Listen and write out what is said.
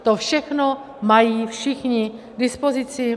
To všechno mají všichni k dispozici.